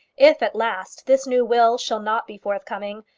if, at last, this new will shall not be forthcoming,